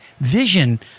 vision